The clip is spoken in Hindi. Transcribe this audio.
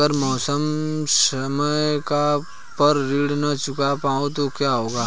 अगर म ैं समय पर ऋण न चुका पाउँ तो क्या होगा?